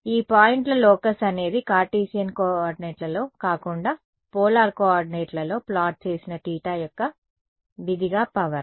ఈ పాయింట్ల లోకస్ అనేది కార్టీసియన్ కోఆర్డినేట్లలో కాకుండా పోలార్ కోఆర్డినేట్లలో ప్లాట్ చేసిన తీటా యొక్క విధిగా పవర్